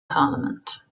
parliament